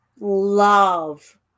love